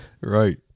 Right